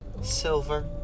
Silver